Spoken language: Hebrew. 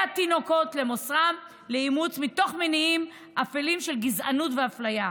התינוקות למוסרם לאימוץ מתוך מניעים אפלים של גזענות ואפליה,